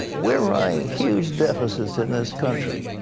we're running huge deficits in this country.